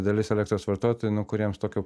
dalis elektros vartotojų nu kuriems tokio